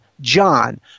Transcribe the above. John